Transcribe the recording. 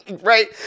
Right